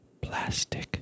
plastic